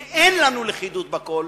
אם אין לנו לכידות בכול,